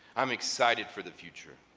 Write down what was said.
i'm excited for the future